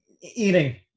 Eating